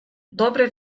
добрий